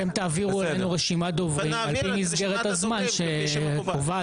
אתם תעבירו אלינו רשימת דוברים על פי מסגרת הזמן שקובעת הוועדה.